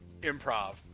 improv